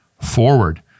forward